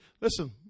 Listen